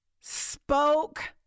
spoke